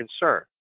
concern